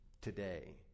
today